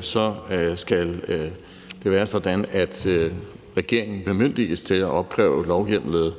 så skal det være sådan, at regeringen bemyndiges til at opkræve lovhjemlede